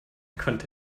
konnte